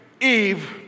Eve